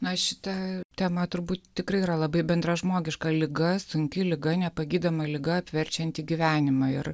na šita tema turbūt tikrai yra labai bendražmogiška liga sunki liga nepagydoma liga apverčianti gyvenimą ir